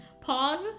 Pause